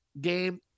game